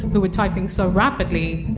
who were typing so rapidly,